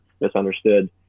misunderstood